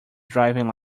driving